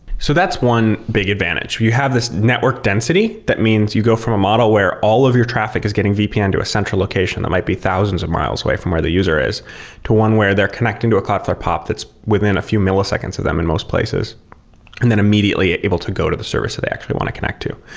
so that's one big advantage. you have this network density that means you go from a model where all of your traffic is getting vpn to a central location that might be thousands of miles away from where the user is to one where they're connecting to a cloudflare pop that's within a few milliseconds of them in most places and then immediately able to go to the service that they actually want to connect to.